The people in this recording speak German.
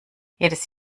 jedes